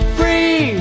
free